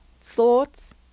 thoughts